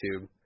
YouTube